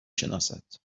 شناسد